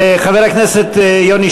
חבר הכנסת יוני